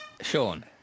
Sean